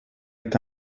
est